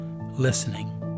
listening